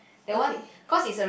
okay